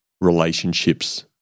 relationships